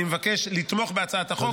אני מבקש לתמוך בהצעת החוק.